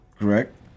correct